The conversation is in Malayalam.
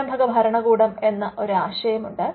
സംരംഭക ഭരണകൂടം എന്ന ഒരാശയമുണ്ട്